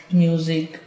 music